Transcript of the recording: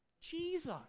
Jesus